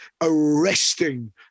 arresting